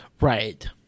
Right